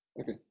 Okay